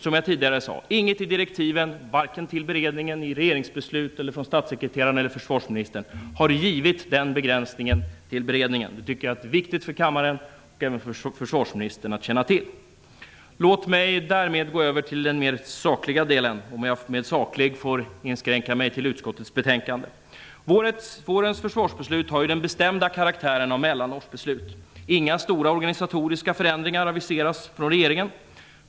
Som jag tidigare sade: Inget i direktiven, vare sig till beredningen, i regeringsbeslut, från statssekreteraren eller från försvarsministern har givit den begränsningen för beredningen. Det är viktigt för kammaren och även för försvarsministern att känna till detta. Därmed skall jag gå över till den mera sakliga delen, om jag med saklig får inskränka mig till utskottets betänkande. Vårens försvarsbeslut har ju den bestämda karaktären av mellanårsbeslut. Inga stora organisatoriska förändringar aviseras från regeringen.